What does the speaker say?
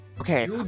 Okay